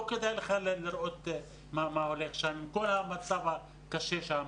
לא כדאי לך לראות מה הולך שם, עם כל המצב הקשה שם.